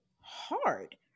hard